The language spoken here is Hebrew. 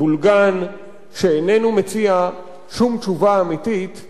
שאיננו מציע שום תשובה אמיתית לשום בעיה אמיתית.